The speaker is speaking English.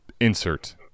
insert